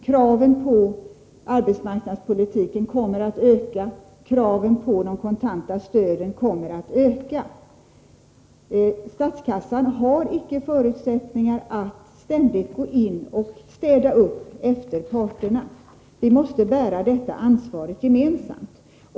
Kraven på arbetsmarknadspolitiken kommer att öka, kraven på det kontanta stödet kommer att öka. Det finns icke förutsättningar för att genom statskassan ständigt gå in och städa upp efter parterna. Vi måste bära detta ansvar gemensamt.